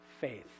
faith